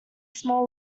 small